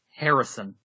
Harrison